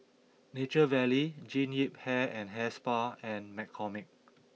Nature Valley Jean Yip Hair and Hair Spa and McCormick